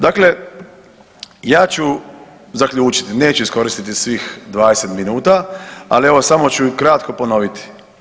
Dakle, ja ću zaključiti, neću iskoristiti svih 20 minuta, ali evo samo ću kratko ponoviti.